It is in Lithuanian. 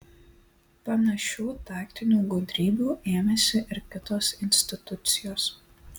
panašių taktinių gudrybių ėmėsi ir kitos institucijos